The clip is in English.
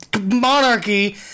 monarchy